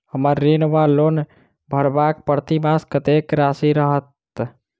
हम्मर ऋण वा लोन भरबाक प्रतिमास कत्तेक राशि रहत?